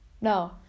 No